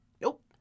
Nope